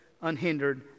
unhindered